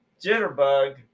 jitterbug